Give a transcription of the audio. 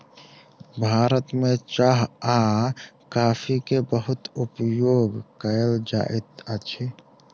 भारत में चाह आ कॉफ़ी के बहुत उपयोग कयल जाइत अछि